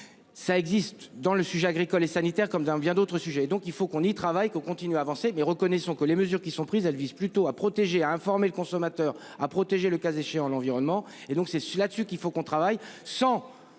Ça existe dans le sujet agricole et sanitaire, comme dans bien d'autres sujets. Donc il faut qu'on y travaille, qu'on continue à avancer mais reconnaissons que les mesures qui sont prises elles vise plutôt à protéger à informer le consommateur à protéger le cas échéant, l'environnement et donc c'est là dessus qu'il faut qu'on travaille sans